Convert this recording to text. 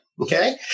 Okay